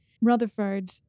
Rutherford